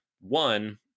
One